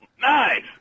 Nice